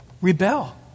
rebel